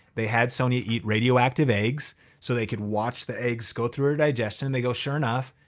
they had sonja eat radioactive eggs so they could watch the eggs go through her digestion. they go, sure enough,